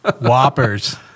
Whoppers